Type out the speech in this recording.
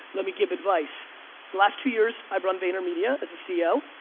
let me give advice. the last two years i've run vaynermedia as a ceo.